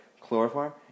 chloroform